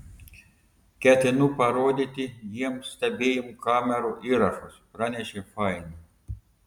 ketinu parodyti jiems stebėjimo kamerų įrašus pranešė fain